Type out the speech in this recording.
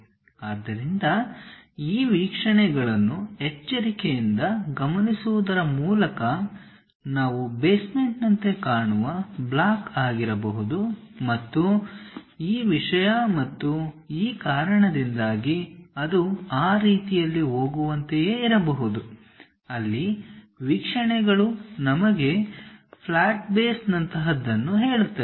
ಆದ್ದರಿಂದ ಈ ವೀಕ್ಷಣೆಗಳನ್ನು ಎಚ್ಚರಿಕೆಯಿಂದ ಗಮನಿಸುವುದರ ಮೂಲಕ ನಾವು ಬೇಸ್ಮೆಂಟ್ ನಂತೆ ಕಾಣುವ ಬ್ಲಾಕ್ ಆಗಿರಬಹುದು ಮತ್ತು ಈ ವಿಷಯ ಮತ್ತು ಈ ಕಾರಣದಿಂದಾಗಿ ಅದು ಆ ರೀತಿಯಲ್ಲಿ ಹೋಗುವಂತೆಯೇ ಇರಬಹುದು ಅಲ್ಲಿ ವೀಕ್ಷಣೆಗಳು ನಮಗೆ ಫ್ಲಾಟ್ಬೇಸ್ ನಂತಹದನ್ನು ಹೇಳುತ್ತವೆ